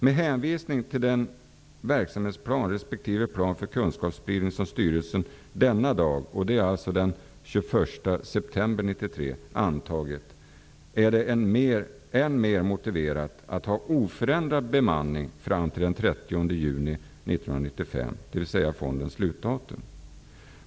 - Med hänvisning till den verksamhetsplan resp. plan för kunskapsspridning som styrelsen denna dag'' -- det var den 21 september 1993 -- ''antagit är det än mer motiverat att ha oförändrad bemanning fram till 30 juni 1995, dvs. fondens slutdatum.